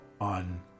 on